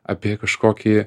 apie kažkokį